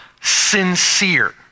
sincere